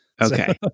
okay